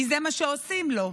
כי זה מה שעושים לו,